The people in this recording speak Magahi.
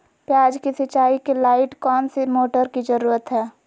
प्याज की सिंचाई के लाइट कौन सी मोटर की जरूरत है?